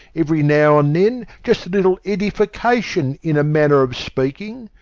every now and then just a little edification, in a manner of speaking.